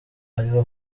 ariho